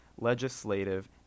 legislative